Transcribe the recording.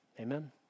Amen